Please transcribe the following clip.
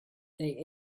they